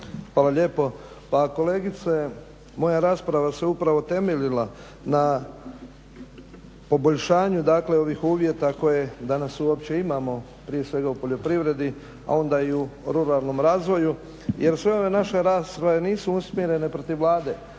Hvala lijepo. Pa kolegice, moja rasprava se upravo temeljila na poboljšanju dakle ovih uvjeta koje danas uopće imamo prije svega u poljoprivredi, a onda i u ruralnom razvoju jer sve ove naš rasprave nisu usmjerene protiv Vlade.